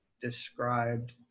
described